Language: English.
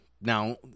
Now